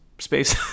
space